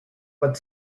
but